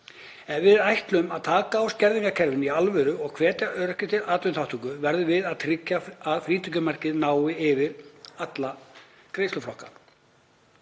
Ef við ætlum að taka á skerðingarkerfinu af alvöru og hvetja öryrkja til atvinnuþátttöku verðum við að tryggja að frítekjumarkið nái yfir alla greiðsluflokka.